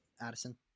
Addison